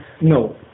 No